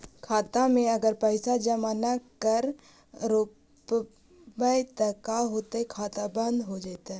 खाता मे अगर पैसा जमा न कर रोपबै त का होतै खाता बन्द हो जैतै?